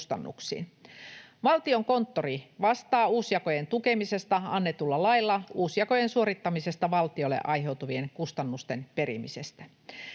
kustannuksiin. Valtiokonttori vastaa uusjakojen tukemisesta annetulla lailla uusjakojen suorittamisesta valtiolle aiheutuvien kustannusten perimisestä.